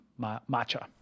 matcha